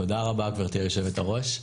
תודה רבה גבירתי יושבת הראש.